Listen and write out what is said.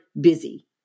busy